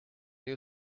new